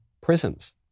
prisons